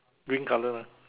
green colour ah